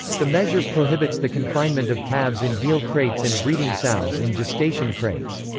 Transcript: the measure prohibits the confinement of calves in veal crates and breeding sows in gestation crates.